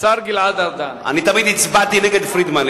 אני תמיד הצבעתי נגד פרידמן,